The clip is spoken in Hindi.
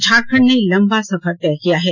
झारखण्ड ने लंबा सफर तय किया है